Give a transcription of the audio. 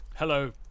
Hello